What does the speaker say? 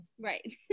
right